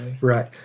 right